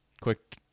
quick